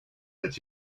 that